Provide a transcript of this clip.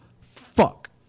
fuck